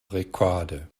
rekorde